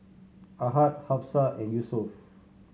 Ahad Hafsa and Yusuf